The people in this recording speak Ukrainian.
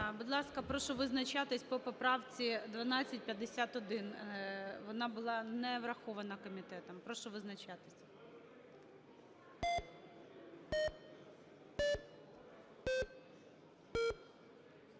Будь ласка, прошу визначатись по поправці 1251. Вона була не врахована комітетом. Прошу визначатися.